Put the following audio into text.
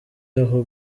aho